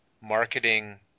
marketing